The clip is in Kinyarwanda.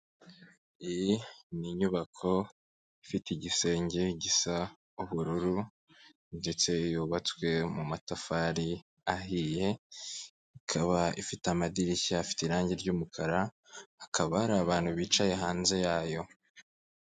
Iyi ni inyubako ifite igisenge gisa ubururu, ndetse yubatswe mu matafari ahiye, ikaba ifite amadirishya afite irangi ry'umukara, hakaba hari abantu bicaye hanze yayo.